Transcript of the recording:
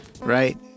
right